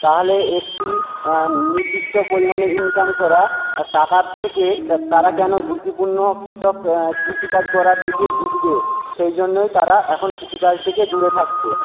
তাহলে একটি নির্দিষ্ট পরিমাণে ইনকাম করা টাকার থেকে তারা কেন ঝুঁকিপূর্ণ কৃষক কৃষিকাজ করার দিকে ঝুঁকবে সেই জন্যই তারা এখন কৃষিকাজ থেকে দূরে থাকছে